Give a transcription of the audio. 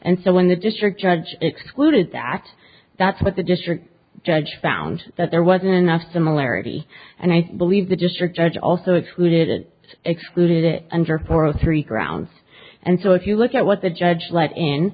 and so when the district judge excluded that that's what the district judge found that there was enough similarity and i believe the district judge also excluded it excluded it under four three grounds and so if you look at what the judge let in